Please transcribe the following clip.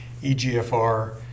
EGFR